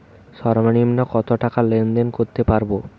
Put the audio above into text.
সর্বনিম্ন কত টাকা লেনদেন করতে পারবো?